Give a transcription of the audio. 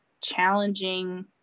challenging